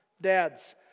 dads